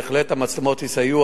בהחלט המצלמות יסייעו,